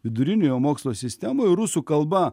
viduriniojo mokslo sistemoj rusų kalba